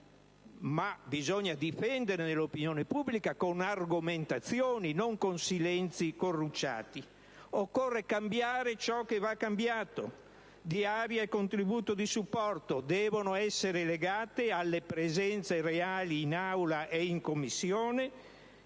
ma bisogna difendere nell'opinione pubblica con argomentazioni e non con silenzi corrucciati. Occorre cambiare ciò che va cambiato. Diaria e contributo di supporto devono essere legati alle presenze reali in Aula e in Commissione